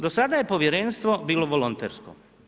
Do sada je povjerenstvo bilo volontersko.